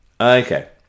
Okay